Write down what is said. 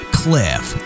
cliff